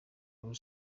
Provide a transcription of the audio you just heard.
liu